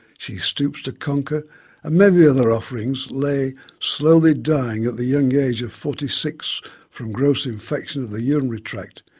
she stoops to conquer and many other offerings lay slowly dying at the young age of forty six from gross infection of the urinary tract,